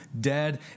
dead